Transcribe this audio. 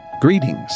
Greetings